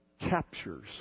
captures